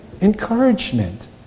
encouragement